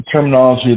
terminology